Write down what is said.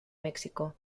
méxico